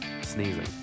Sneezing